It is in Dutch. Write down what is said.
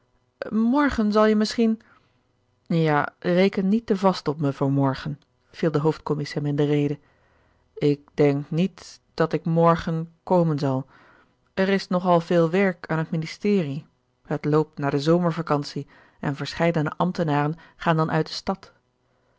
morgen zal je misschien ja reken niet te vast op me voor morgen viel de hoofdcommies hem in de rede ik denk niet dat ik morgen komen zal er is nog al veel werk aan het ministerie het loopt naar de zomervacantie en verscheidene ambtenaren gaan dan uit de stad